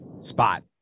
spot